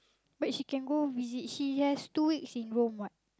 but she can go visit she has two weeks in Rome